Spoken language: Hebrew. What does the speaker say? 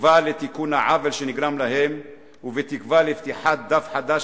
בתקווה לתיקון העוול שנגרם להם ובתקווה לפתיחת דף חדש